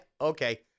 okay